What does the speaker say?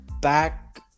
back